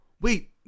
wait